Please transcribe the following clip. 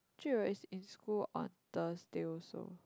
Jun Wei is in school on Thursday also